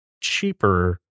cheaper